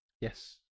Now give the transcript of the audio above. Yes